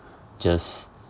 just